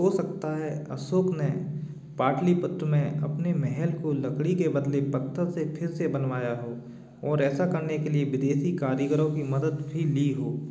हो सकता है अशोक ने पाटलिपुत्र में अपनी महल को लकड़ी के बदले पत्थर से फिर से बनवाया हो और ऐसा करने के लिए विदेशी कारीगरों की मदद भी ली हो